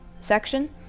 section